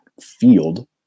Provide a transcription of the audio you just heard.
field